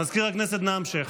מזכיר הכנסת, אנא המשך.